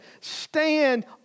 stand